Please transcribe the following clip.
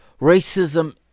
Racism